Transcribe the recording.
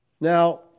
Now